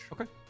Okay